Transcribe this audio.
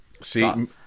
See